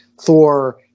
Thor